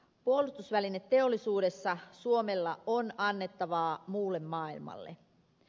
puolustusvälineteollisuudessa suomella on annettavaa muulle maailmalle